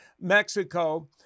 Mexico